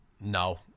No